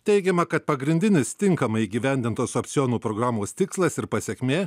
teigiama kad pagrindinis tinkamai įgyvendintos opcionų programos tikslas ir pasekmė